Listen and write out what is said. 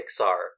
Pixar